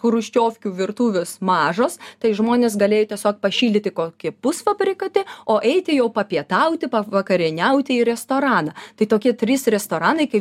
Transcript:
chruščiovkių virtuvės mažos tai žmonės galėjo tiesiog pašildyti kokį pusfabrikatį o eiti jau papietauti pavakarieniauti į restoraną tai tokie trys restoranai kai